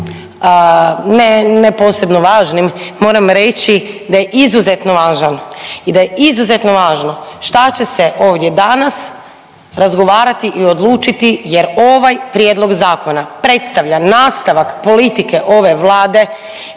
ne posebno važnim moram reći da je izuzetno važan i da je izuzetno važno šta će se ovdje danas razgovarati i odlučiti jer ovaj prijedlog zakona predstavlja nastavak politike ove Vlade